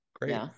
great